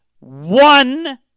one